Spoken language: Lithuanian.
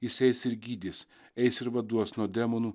jis eis ir gydys eis ir vaduos nuo demonų